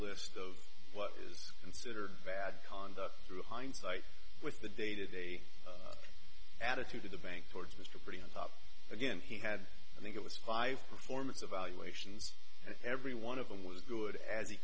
list of what is considered bad conduct through hindsight with the day to day attitude of the bank towards mr pretty on top again he had i think it was five performance evaluations and every one of them was good